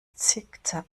zickzack